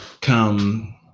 come